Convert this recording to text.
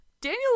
Daniel